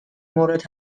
مورد